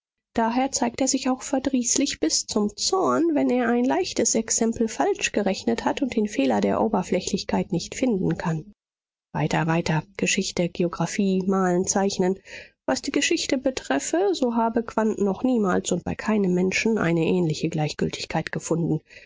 daher zeigt er sich auch verdrießlich bis zum zorn wenn er ein leichtes exempel falsch gerechnet hat und den fehler der oberflächlichkeit nicht finden kann weiter weiter geschichte geographie malen zeichnen was die geschichte betreffe so habe quandt noch niemals und bei keinem menschen eine ähnliche gleichgültigkeit gefunden